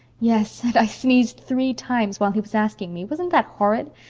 yes. and i sneezed three times while he was asking me. wasn't that horrid?